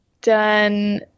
done